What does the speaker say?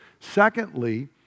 Secondly